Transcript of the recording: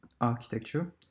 architecture